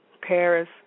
Paris